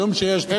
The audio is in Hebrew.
רק.